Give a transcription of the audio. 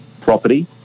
property